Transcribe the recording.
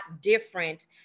different